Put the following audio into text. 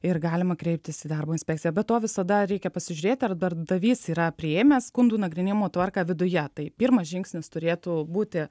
ir galima kreiptis į darbo inspekciją be to visada reikia pasižiūrėti ar darbdavys yra priėmęs skundų nagrinėjimo tvarką viduje tai pirmas žingsnis turėtų būti